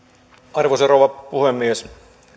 arvoisa rouva puhemies